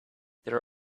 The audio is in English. there